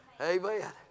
Amen